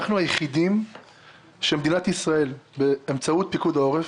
אנחנו היחידים שמדינת ישראל באמצעות פיקוד העורף